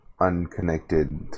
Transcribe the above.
unconnected